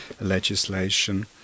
legislation